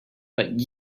but